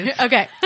okay